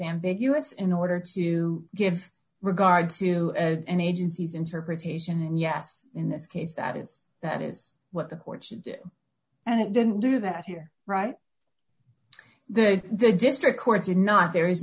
ambiguous in order to give regard to any agencies interpretation and yes in this case that is that is what the courts did and it didn't do that here right that the district court did not there is